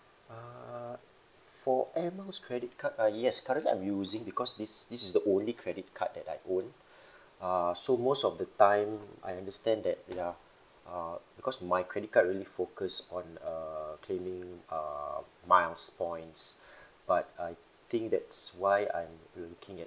uh for air miles credit card uh yes currently I'm using because this this is the only credit card that I own uh so most of the time I understand that ya uh because my credit card really focus on uh claiming uh miles points but I think that's why I'm looking at